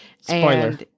Spoiler